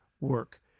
work